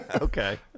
Okay